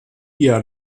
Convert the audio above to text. via